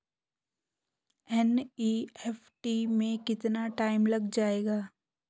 NEFT में कितना time लग जाएगा?